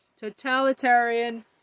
totalitarian